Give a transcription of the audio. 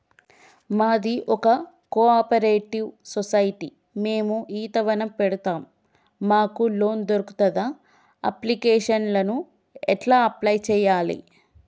మాది ఒక cooperative society మేము ఈత వనం పెడతం మాకు లోన్ దొర్కుతదా? అప్లికేషన్లను ఎట్ల అప్లయ్ చేయాలే?